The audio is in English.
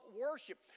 worship